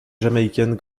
jamaïcaine